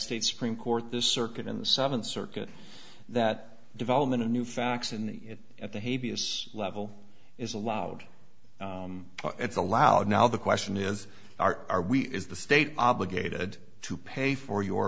states supreme court this circuit in the seventh circuit that development of new facts in it at the hay vs level is allowed it's allowed now the question is are are we is the state obligated to pay for your